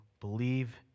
believe